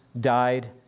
died